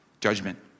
judgment